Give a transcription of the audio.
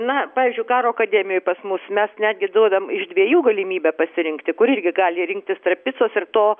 na pavyzdžiui karo akademijoj pas mus mes netgi duodam iš dviejų galimybę pasirinkti kur irgi gali rinktis tarp picos ir to